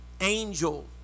Angel